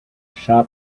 shop